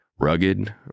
Rugged